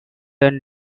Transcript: and